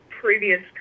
previous